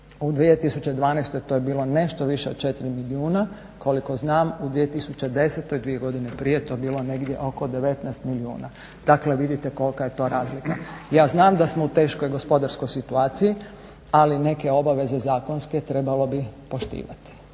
U 2012. to je bilo nešto više od 4 milijuna. Koliko znam u 2010. dvije godine prije je to bilo negdje oko 19 milijuna. Dakle, vidite kolika je to razlika. Ja znam da smo u teškoj gospodarskoj situaciji, ali neke obaveze zakonske trebalo bi poštivati,